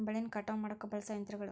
ಬೆಳಿನ ಕಟಾವ ಮಾಡಾಕ ಬಳಸು ಯಂತ್ರಗಳು